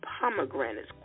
pomegranates